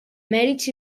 mèrits